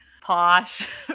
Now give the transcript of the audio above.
posh